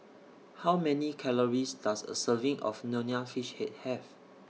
How Many Calories Does A Serving of Nonya Fish Head Have